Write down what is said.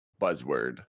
buzzword